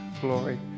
glory